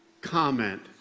comment